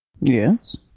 Yes